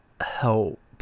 help